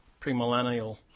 premillennial